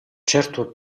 certo